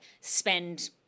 spend